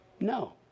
No